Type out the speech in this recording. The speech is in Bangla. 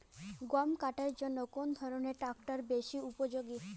গম কাটার জন্য কোন ধরণের ট্রাক্টর বেশি উপযোগী?